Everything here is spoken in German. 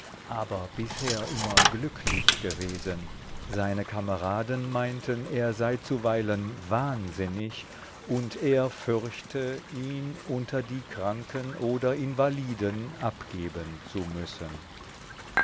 aber bisher immer glücklich gewesen seine kameraden meinten er sei zuweilen wahnsinnig und er fürchte ihn unter die kranken oder invaliden abgeben zu müssen